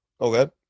Okay